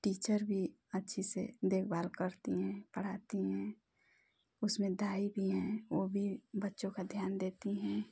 teacher भी अच्छे से देखभाल करती हैं पढ़ाती हैं उसमें दाई भी है वह भी बच्चों का ध्यान देती हैं